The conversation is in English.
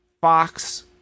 Fox